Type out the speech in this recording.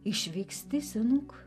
išvyksti senuk